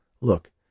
Look